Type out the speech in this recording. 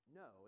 no